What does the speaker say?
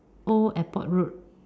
old airport road